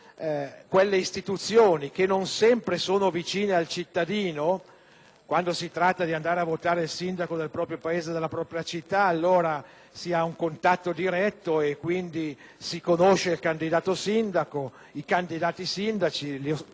quando si tratta di andare a votare il sindaco del proprio paese o della propria città si ha un contatto diretto: si conoscono i candidati sindaci e si va a votare sulla base della conoscenza della persona